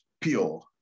pure